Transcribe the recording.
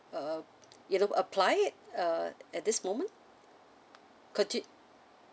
uh you know apply it uh at this moment could you